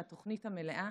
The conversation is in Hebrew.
ודרשתי שהתוכנית המלאה